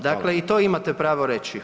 Dakle, i to imate pravo reći.